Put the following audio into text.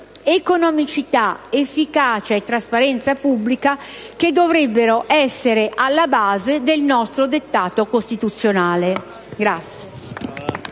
economicità, efficacia e trasparenza pubblica, che dovrebbero essere alla base del nostro dettato costituzionale